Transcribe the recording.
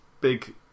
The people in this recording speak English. big